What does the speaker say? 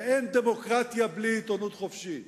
ואין דמוקרטיה בלי עיתונות חופשית.